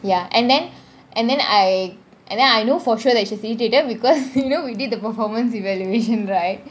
ya and then and then I and then I know for sure that she is irritated because you know we did the performance evaluation right